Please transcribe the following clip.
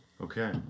Okay